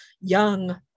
young